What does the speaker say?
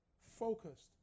focused